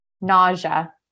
nausea